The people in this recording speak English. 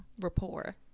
rapport